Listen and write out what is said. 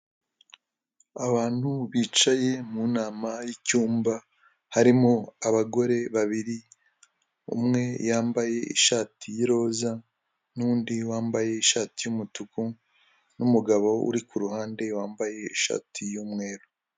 Abantu bicaye mu nama y'icyumba harimo abagore babiri umwe yambaye ishati ya roza n'undi wambaye ishati y'umutuku n'umugabo uri kuruhande wambaye ishati y'umweru.